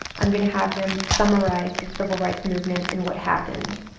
i'm going to have them summarize the civil rights movement and what happened.